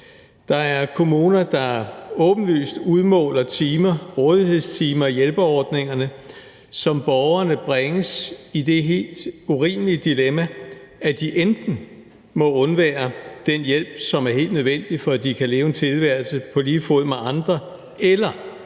Der er kommuner, der åbenlyst udmåler rådighedstimer i hjælpeordningerne, så borgerne bringes i det helt urimelige dilemma, at de enten må undvære den hjælp, som er helt nødvendig for, at de kan leve en tilværelse på lige fod med andre, eller